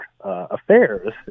affairs